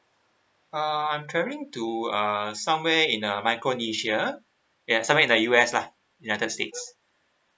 uh I'm travelling to uh somewhere in uh micronesia yes somewhere in the U_S lah ya that state